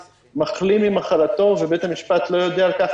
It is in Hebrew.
מחלים ממחלתו ובית המשפט לא יודע על כך,